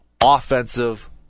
offensive